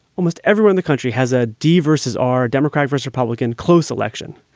almost everyone, the country has a d versus r democrat, first republican close election.